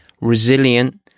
resilient